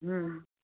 हँ